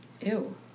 Ew